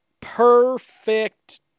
perfect